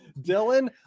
Dylan